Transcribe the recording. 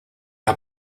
are